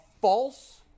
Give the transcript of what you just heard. false